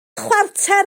chwarter